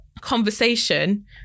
conversation